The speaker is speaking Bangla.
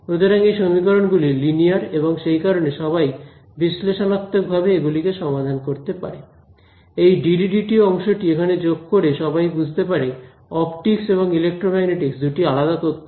সুতরাং এই সমীকরণ গুলি লিনিয়ার এবং সেই কারণে সবাই বিশ্লেষণাত্মক ভাবে এগুলিকে সমাধান করতে পারে এই dDdt অংশটি এখানে যোগ করে সবাই বুঝতে পারে অপটিকস এবং ইলেক্ট্রোম্যাগনেটিকস দুটি আলাদা তত্ত্ব নয় বরং একই তত্ত্ব